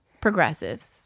progressives